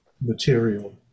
material